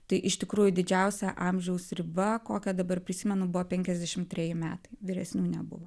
tai iš tikrųjų didžiausia amžiaus riba kokią dabar prisimenu buvo penkiasdešim treji metai vyresnių nebuvo